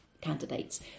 candidates